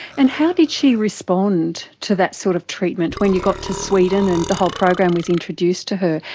and how did she responded to that sort of treatment? when you got to sweden and the whole program was introduced to her,